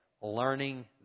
learning